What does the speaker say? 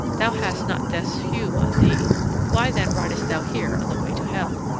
thou hast not death's hue on thee why then ridest thou here on the way to hel?